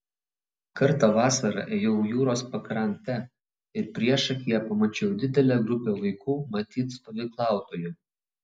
kartą vasarą ėjau jūros pakrante ir priešakyje pamačiau didelę grupę vaikų matyt stovyklautojų